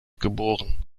geboren